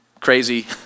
crazy